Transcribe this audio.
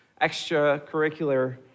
extracurricular